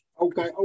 okay